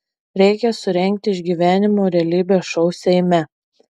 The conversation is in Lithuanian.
reikia surengti išgyvenimo realybės šou seime